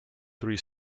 three